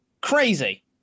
Crazy